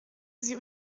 sie